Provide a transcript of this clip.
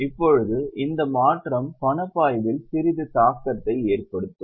இப்போது இந்த மாற்றம் பணப்பாய்வில் சிறிது தாக்கத்தை ஏற்படுத்தும்